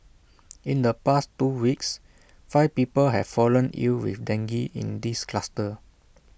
in the past two weeks five people have fallen ill with dengue in this cluster